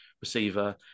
receiver